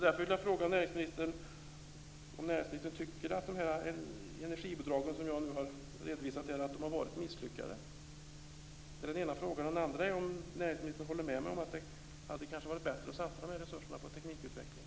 Därför vill jag fråga näringsministern om han tycker att de energibidrag som jag har redovisat här har varit misslyckade. Jag vill också fråga om näringsministern håller med mig om att det kanske hade varit bättre att satsa dessa resurser på teknikutveckling.